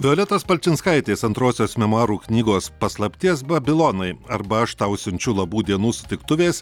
violetos palčinskaitės antrosios memuarų knygos paslapties babilonai arba aš tau siunčiu labų dienų sutiktuvės